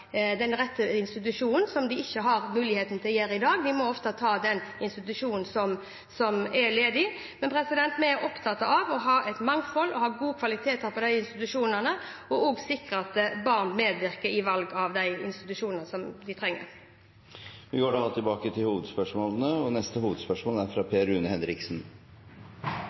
den rette institusjonen. Det har de ikke muligheten til å gjøre i dag, de må ofte ta den institusjonen som er ledig. Men vi er opptatt av å ha et mangfold og ha god kvalitet på disse institusjonene, og også sikre at barna medvirker i valget av de institusjonene de trenger. Vi går videre til neste hovedspørsmål. Mitt spørsmål går til olje- og